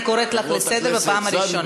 אני קוראת אותך לסדר פעם ראשונה.